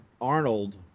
Arnold